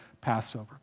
Passover